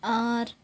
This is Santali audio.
ᱟᱨ